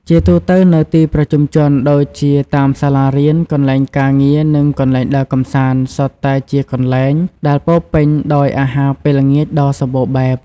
ជាទូទៅ នៅទីប្រជុំជន ដូចជាតាមសាលារៀន កន្លែងការងារ និងកន្លែងដើរកំសាន្ត សុទ្ធតែជាកន្លែងដែលពោរពេញដោយអាហារពេលល្ងាចដ៏សម្បូរបែប។